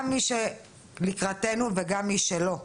גם מי שלקראתנו וגם מי שלא.